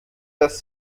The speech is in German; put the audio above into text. dass